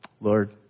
lord